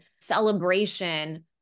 celebration